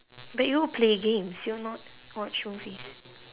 but you'll play games you'll not watch movies